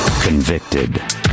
Convicted